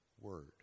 word